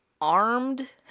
armed